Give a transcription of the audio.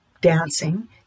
dancing